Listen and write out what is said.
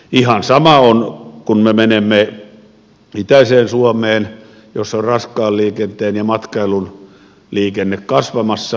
ihan sama asia on kun me menemme itäiseen suomeen missä on raskas liikenne ja matkailuliikenne kasvamassa